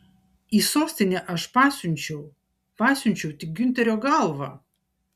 į sostinę aš pasiunčiau pasiunčiau tik giunterio galvą